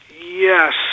Yes